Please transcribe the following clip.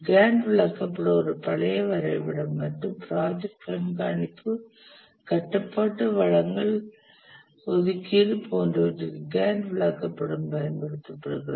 Gantt விளக்கப்படம் ஒரு பழைய வரைபடம் மற்றும் ப்ராஜெக்ட் கண்காணிப்பு கட்டுப்பாடு வளங்கள் ஒதுக்கீடு போன்றவற்றுக்கு கேன்ட் விளக்கப்படம் பயன்படுத்தப்படுகிறது